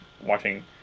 watching